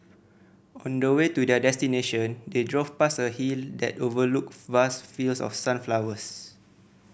on the way to their destination they drove past a hill that overlooked vast fields of sunflowers